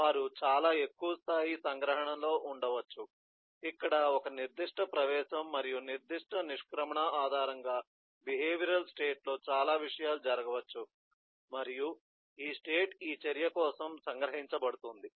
వారు చాలా ఎక్కువ స్థాయి సంగ్రహణలో ఉండవచ్చు ఇక్కడ ఒక నిర్దిష్ట ప్రవేశం మరియు నిర్దిష్ట నిష్క్రమణ ఆధారంగా బిహేవియరల్ స్టేట్ లో చాలా విషయాలు జరగవచ్చు మరియు ఈ స్టేట్ ఈ చర్య కోసం సంగ్రహించబడుతుంది